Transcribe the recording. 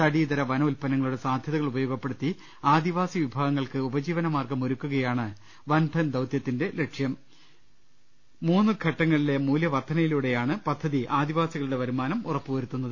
തടി ഇതര വന ഉത്പന്നങ്ങളുടെ സാധ്യത കൾ ഉപയോഗപ്പെടുത്തി ആദിവാസി വിഭാഗങ്ങൾക്ക് ഉപജീവനമാർഗ്ഗം ഒരുക്കുകയാണ് വൻ ധൻ ദൌത്യത്തിന്റെ ലക്ഷ്യം മൂന്നു ഘട്ടങ്ങളിലെ മൂല്യവർദ്ധനയിലൂടെയാണ് പദ്ധതി ആദിവാസികളുടെ വരുമാനം ഉറപ്പു വരുത്തുന്നത്